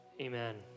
Amen